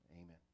amen